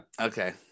Okay